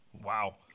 Wow